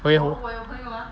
我有